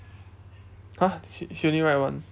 !huh! she she only write one